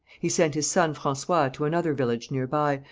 he sent his son francois to another village near by,